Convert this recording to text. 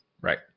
right